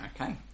Okay